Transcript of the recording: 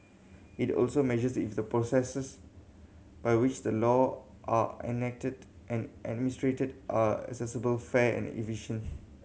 it also measures if the processes by which the law are enacted and administered are accessible fair and efficient